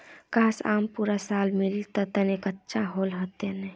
काश, आम पूरा साल मिल तने कत्ते अच्छा होल तने